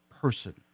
person